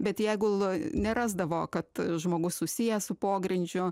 bet jeigu lo nerasdavo kad žmogus susijęs su pogrindžiu